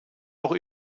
auch